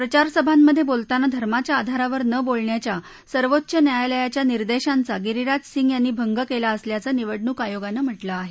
प्रचारसभांमधे बोलताना धर्माच्या आधारावर न बोलण्याच्या सर्वोच्च न्यायालयाच्या निर्देशांचा गिरीराज सिंग यांनी भंग केला असल्याचं निवडणूक आयोगानं म्हटलं आहे